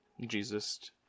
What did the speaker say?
Jesus